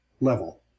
level